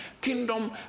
Kingdom